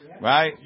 right